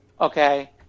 okay